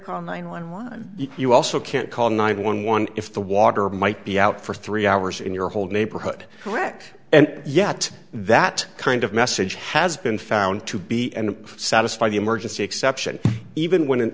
call nine one one you also can't call nine one one if the water might be out for three hours in your whole neighborhood correct and yet that kind of message has been found to be and satisfy the emergency exception even when